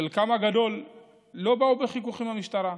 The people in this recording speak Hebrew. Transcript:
חלקם הגדול לא באו בחיכוך עם משטרה,